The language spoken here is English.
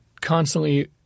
constantly